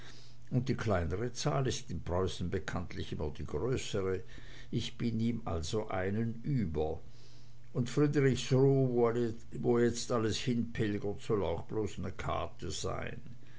und die kleinere zahl ist in preußen bekanntlich immer die größere ich bin ihm also einen über und friedrichsruh wo alles jetzt hinpilgert soll auch bloß ne kate sein